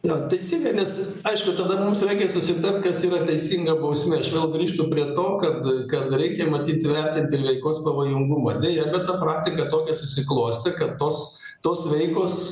jo teisingai nes aišku tada mums reikia susitart kas yra teisinga bausmė aš vėl grįžtu prie to kad kad reikia matyt įvertint ir veikos pavojingumą deja bet ta praktika tokia susiklostė kad tos tos veikos